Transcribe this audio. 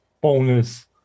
bonus